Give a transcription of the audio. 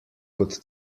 kot